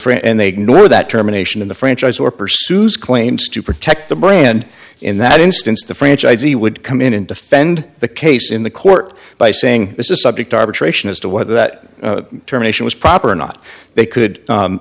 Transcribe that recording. fray and they know that terminations of the franchise or pursues claims to protect the brand in that instance the franchisee would come in and defend the case in the court by saying this is subject to arbitration as to whether that determination was proper or not they could